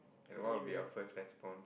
and one of their first response